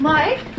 Mike